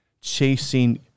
chasing